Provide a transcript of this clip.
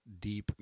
deep